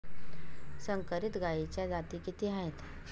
संकरित गायीच्या जाती किती आहेत?